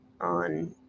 on